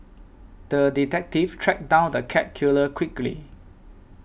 the detective tracked down the cat killer quickly